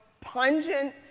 pungent